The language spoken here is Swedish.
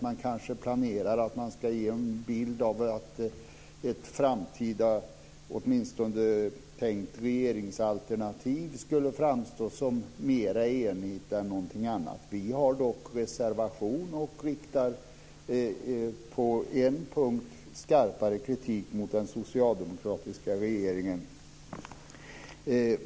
Man kanske planerar att ge en bild av att ett framtida tänkt borgerligt regeringsalternativ skulle framstå som mera enigt. Vi har dock reserverat oss och riktar på en punkt skarpare kritik mot den socialdemokratiska regeringen.